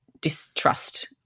distrust